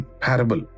parable